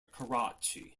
karachi